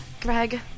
Greg